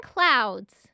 Clouds